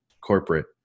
corporate